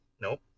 Nope